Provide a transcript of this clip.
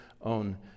own